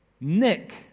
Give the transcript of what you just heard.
nick